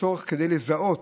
כדי לזהות